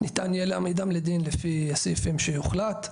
ניתן יהיה להעמידם לדין לפי הסעיפים שיוחלט,